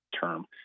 term